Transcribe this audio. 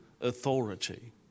authority